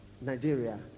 Nigeria